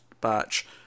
batch